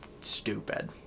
stupid